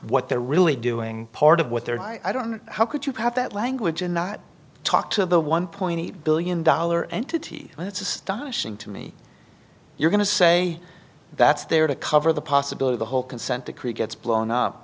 what they're really doing part of what they're i don't how could you have that language and not talk to the one point eight billion dollar entity that's astonishing to me you're going to say that's there to cover the possibility the whole consent decree gets blown up